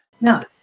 Now